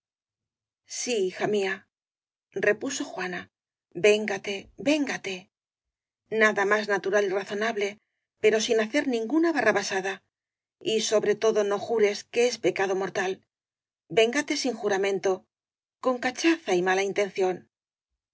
í hija m ía repuso juana véngate véngate nada más natural y razonable pero sin hacer ninguna barrabasada y sobre todo no jures que es pecado mortal véngate sin juramento con ca chaza y mala intención